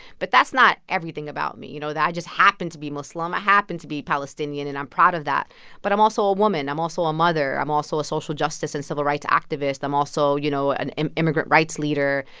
but that's not everything about me. you know, i just happen to be muslim. i happen to be palestinian. and i'm proud of that but i'm also a woman. i'm also a mother. i'm also a social justice and civil rights activist. i'm also, you know, an immigrant rights leader.